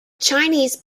chinese